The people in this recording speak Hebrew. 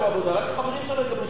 רק החברים שלו יקבלו שם עבודה.